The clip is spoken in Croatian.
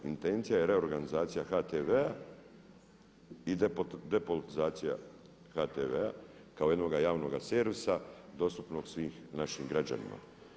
Intencija je reorganizacija HTV-a i depolitizacija HTV-a kao jednog javnog servisa dostupnog svim našim građanima.